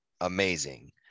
amazing